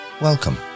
Welcome